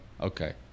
okay